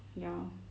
ya